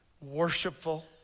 worshipful